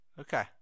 okay